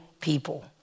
people